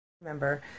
Remember